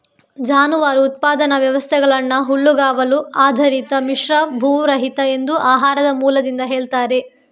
ಜಾನುವಾರು ಉತ್ಪಾದನಾ ವ್ಯವಸ್ಥೆಗಳನ್ನ ಹುಲ್ಲುಗಾವಲು ಆಧಾರಿತ, ಮಿಶ್ರ, ಭೂರಹಿತ ಎಂದು ಆಹಾರದ ಮೂಲದಿಂದ ಹೇಳ್ತಾರೆ